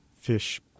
fish